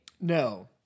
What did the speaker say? No